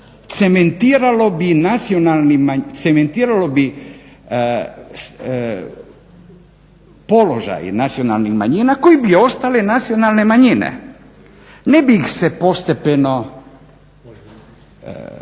Cementiralo bi položaj nacionalnih manjina koje bi ostale nacionalne manjine. Ne bi ih se postepeno